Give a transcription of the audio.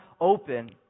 open